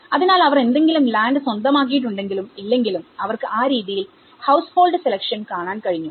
അതിനാൽ അവർ എന്തെങ്കിലും ലാൻഡ് സ്വന്തമാക്കിയിട്ടുണ്ടെങ്കിലും ഇല്ലെങ്കിലും അവർക്ക് ആ രീതിയിൽ ഹൌസ്ഹോൾഡ് സെലെക്ഷൻകാണാൻ കഴിഞ്ഞു